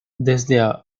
desde